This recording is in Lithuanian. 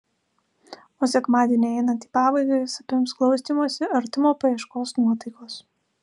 o sekmadieniui einant į pabaigą jus apims glaustymosi artumo paieškos nuotaikos